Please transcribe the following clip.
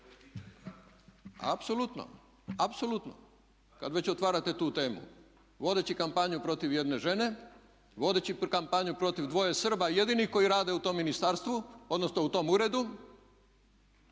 Apsolutno, apsolutno kad već otvarate tu temu vodeći kampanju protiv jedne žene, vodeći jednu kampanju protiv dvoje Srba jedinih koji rade u tom ministarstvu, odnosno u tom uredu